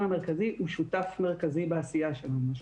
המקומי הוא שותף מרכזי בעשייה שלנו.